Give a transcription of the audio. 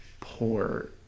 poor